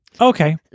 Okay